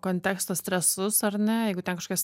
konteksto stresus ar ne jeigu ten kažkas